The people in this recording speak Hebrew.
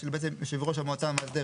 של יושב ראש הוועדה המאסדרת.